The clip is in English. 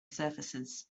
surfaces